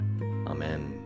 Amen